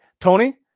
Tony